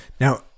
Now